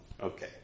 Okay